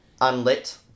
unlit